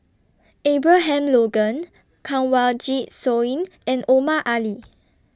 Abraham Logan Kanwaljit Soin and Omar Ali